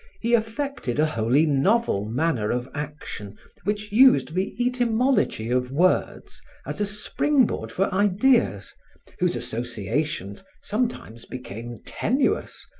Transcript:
he affected a wholly novel manner of action which used the etymology of words as a spring-board for ideas whose associations sometimes became tenuous,